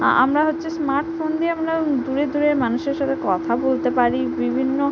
আমরা হচ্ছে smart phone দিয়ে আমরা দূরের দূরের মানুষের সাথে কথা বলতে পারি বিভিন্ন